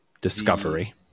Discovery